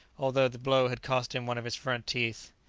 although the blow had cost him one of his front teeth.